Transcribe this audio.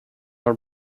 are